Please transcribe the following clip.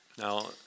Now